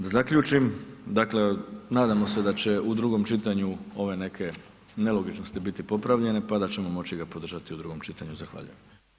Da zaključim, dakle nadamo se da će u drugom čitanju ove neke nelogičnosti biti popravljene, pa da ćemo moći ga podržati u drugom čitanju, zahvaljujem.